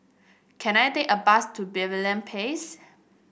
can I take a bus to Pavilion Place